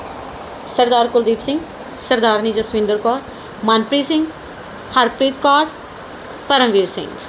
Sardar Kuldeep Singh Sardarni Jaswinder Kaur Manpreet Singh Harpreet Kaur Paramvir Singh